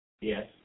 Yes